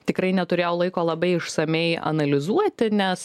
tikrai neturėjau laiko labai išsamiai analizuoti nes